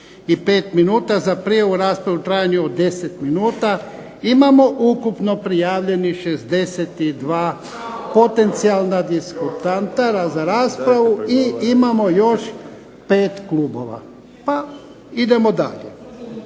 i 25 minuta za prijavu rasprave u trajanju od 10 minuta. Imamo ukupno prijavljenih 62 potencijalna diskutanta za raspravu i imamo još 5 klubova. Pa idemo dalje.